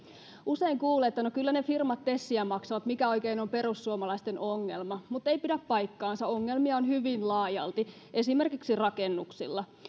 usein kuulee että no kyllä ne firmat tesiä maksavat ja mikä oikein on perussuomalaisten ongelma mutta ei pidä paikkaansa ongelmia on hyvin laajalti esimerkiksi rakennuksilla